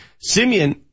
Simeon